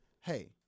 hey